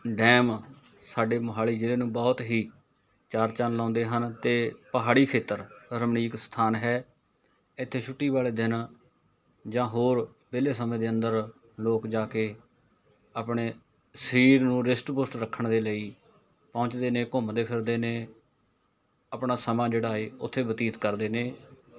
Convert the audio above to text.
dam ਸਾਡੇ ਮੋਹਾਲੀ ਜ਼ਿਲ੍ਹੇ ਨੂੰ ਬਹੁਤ ਹੀ ਚਾਰ ਚੰਨ ਲਾਉਂਦੇ ਹਨ ਅਤੇ ਪਹਾੜੀ ਖੇਤਰ ਰਮਣੀਕ ਸਥਾਨ ਹੈ ਇੱਥੇ ਛੁੱਟੀ ਵਾਲੇ ਦਿਨ ਜਾਂ ਹੋਰ ਵਿਹਲੇ ਸਮੇਂ ਦੇ ਅੰਦਰ ਲੋਕ ਜਾ ਕੇ ਆਪਣੇ ਸਰੀਰ ਨੂੰ ਰਿਸਟ ਪੁਸ਼ਟ ਰੱਖਣ ਦੇ ਲਈ ਪਹੁੰਚਦੇ ਨੇ ਘੁੰਮਦੇ ਫਿਰਦੇ ਨੇ ਆਪਣਾ ਸਮਾਂ ਜਿਹੜਾ ਏ ਉੱਥੇ ਬਤੀਤ ਕਰਦੇ ਨੇ